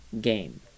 game